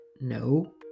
no